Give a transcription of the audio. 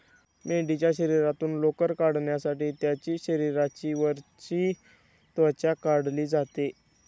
मेंढीच्या शरीरातून लोकर काढण्यासाठी त्यांची शरीराची वरची त्वचा काढली जाते